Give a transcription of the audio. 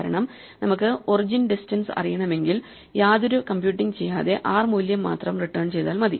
കാരണം നമുക്ക് origin distance അറിയണമെങ്കിൽ യാതൊരു കംപ്യൂട്ടിങ്ങ് ചെയ്യാതെ R മൂല്യം മാത്രം റിട്ടേൺ ചെയ്താൽ മതി